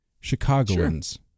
Chicagoans